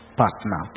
partner